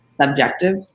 subjective